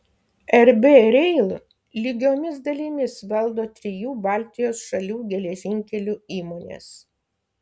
rb rail lygiomis dalimis valdo trijų baltijos šalių geležinkelių įmonės